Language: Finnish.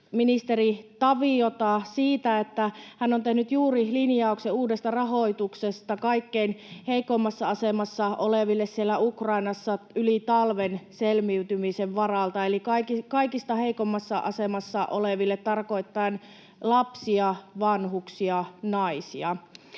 ministeri Taviota siitä, että hän on tehnyt juuri linjauksen uudesta rahoituksesta kaikkein heikoimmassa asemassa oleville siellä Ukrainassa talven yli selviytymisen varalta, eli kaikista heikoimmassa asemassa oleville tarkoittaen lapsia, vanhuksia, naisia.